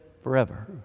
forever